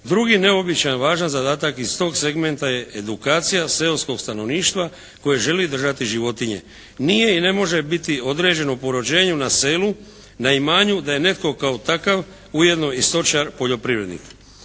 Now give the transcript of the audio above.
Drugi neobičan važan zadatak iz tog segmenta je edukacija seoskog stanovništva koje želi držati životinje. Nije i ne može biti određeno po rođenju na selu na imanju da je netko kao takav ujedno i stočar poljoprivrednik.